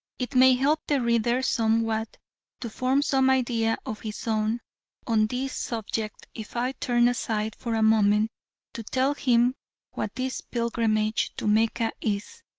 it may help the reader somewhat to form some idea of his own on this subject if i turn aside for a moment to tell him what this pilgrimage to mecca is,